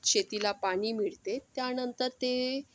शेतीला पाणी मिळते त्यानंतर ते